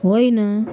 होइन